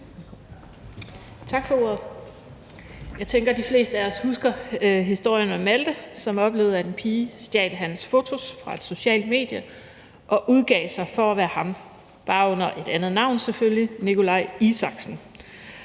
Tak for ordet. Jeg tænker, at de fleste af os husker historien om Malte, som oplevede, at en pige stjal hans fotos fra et socialt medie og udgav sig for at være ham, selvfølgelig bare under et andet navn, nemlig Nikolaj Isaksen.